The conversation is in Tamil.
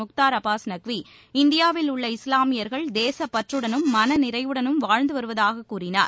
முக்தார் அப்பாஸ் நக்வி இந்தியாவில் உள்ள இஸ்லாமியர்கள் தேசப்பற்றுடனும் மனநிறைவுடனும் வாழ்ந்து வருவதாக கூறினார்